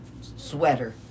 sweater